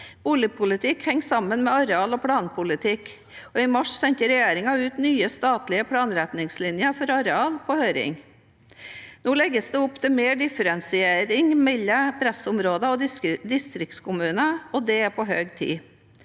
Boligpolitikk henger sammen med areal- og planpolitikk. I mars sendte regjeringen nye statlige planretningslinjer for areal på høring. Nå legges det opp til mer differensiering mellom pressområder og distriktskommuner, og det er på høy tid.